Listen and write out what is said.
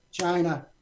China